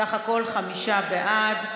בסך הכול חמישה בעד.